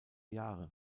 jahre